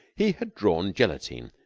he had drawn gelatine,